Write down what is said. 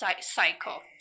cycle